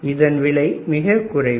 இதன் விலை மிகக் குறைவு